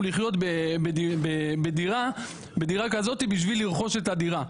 לחיות בדירה כזאת בשביל לרכוש את הדירה.